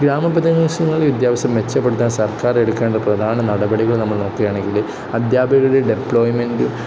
ഗ്രാമപ്രദേശങ്ങളിൽ വിദ്യാഭ്യാസം മെച്ചപ്പെടുത്താൻ സർക്കാർ എടുക്കേണ്ട പ്രധാന നടപടികൾ നമ്മൾ നോക്കുകയാണെങ്കില് അധ്യാപകരുടെ ഡെപ്ലോയ്മെൻറ്